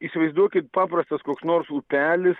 įsivaizduokit paprastas koks nors upelis